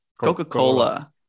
Coca-Cola